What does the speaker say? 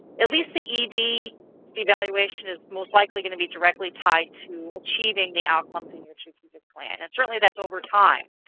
at least the ed evaluation is most likely going to be directly tied to achieving the outcomes in your strategic plan. and certainly that's over time,